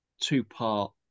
two-part